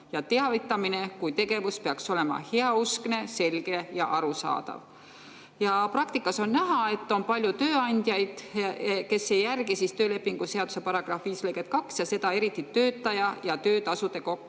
ja teavitamine kui tegevus peaks olema heauskne, selge ja arusaadav. Praktikas on näha, et on palju tööandjaid, kes ei järgi töölepingu seaduse § 5 lõiget 2 ja seda eriti tööaja ja töötasude kokkuleppe